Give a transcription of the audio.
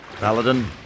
Paladin